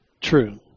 true